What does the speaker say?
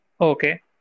okay